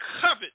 covet